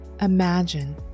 imagine